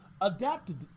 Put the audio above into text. adapted